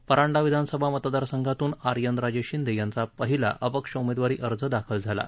परंडा विधानसभा मतदारसंघातून आर्यनराजे शिंदे यांचा पहिला अपक्ष उमेदवारी अर्ज दाखल झाला आहे